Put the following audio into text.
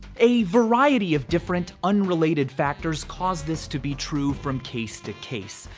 a variety of different unrelated factors cause this to be true from case to case,